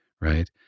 right